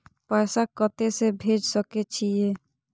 पैसा कते से भेज सके छिए?